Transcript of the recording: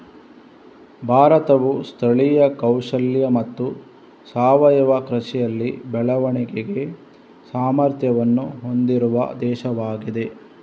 ಭಾರತವು ಸ್ಥಳೀಯ ಕೌಶಲ್ಯ ಮತ್ತು ಸಾವಯವ ಕೃಷಿಯಲ್ಲಿ ಬೆಳವಣಿಗೆಗೆ ಸಾಮರ್ಥ್ಯವನ್ನು ಹೊಂದಿರುವ ದೇಶವಾಗಿದೆ